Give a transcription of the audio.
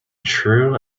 true